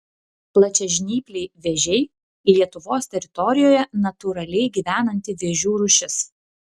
plačiažnypliai vėžiai lietuvos teritorijoje natūraliai gyvenanti vėžių rūšis